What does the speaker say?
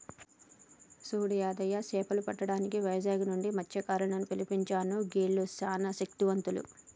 సూడు యాదయ్య సేపలు పట్టటానికి వైజాగ్ నుంచి మస్త్యకారులను పిలిపించాను గీల్లు సానా శక్తివంతులు